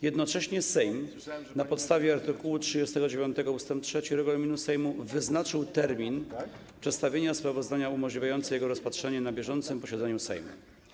Jednocześnie Sejm na podstawie art. 39 ust. 3 regulaminu Sejmu wyznaczył termin przedstawienia sprawozdania umożliwiający jego rozpatrzenie na bieżącym posiedzeniu Sejmu.